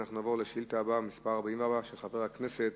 נעבור לשאילתא הבאה, מס' 44, של חבר הכנסת